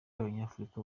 abanyafurika